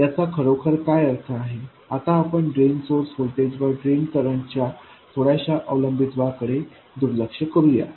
याचा खरोखर काय अर्थ आहे आता आपण ड्रेन सोर्स व्होल्टेज वर ड्रेन करंटच्या थोड्याशा अवलंबित्वाकडे दुर्लक्ष करू या